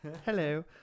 Hello